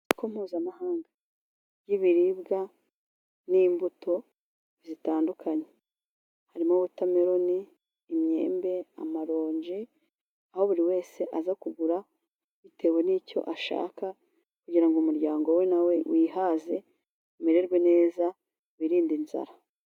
Isoko mpuzamahanga ry'ibiribwa n'imbuto zitandukanye harimo: wotameloni ,imyembe , amaronji ,aho buri wese aza kugura bitewe n'icyo ashaka kugira ngo umuryango we na we wihaze umererwe neza wirinde inzara.